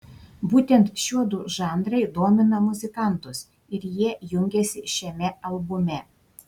būtent šiuodu žanrai domina muzikantus ir jie jungiasi šiame albume